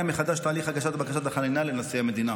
מחדש את תהליך הגשת בקשת החנינה לנשיא המדינה.